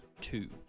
two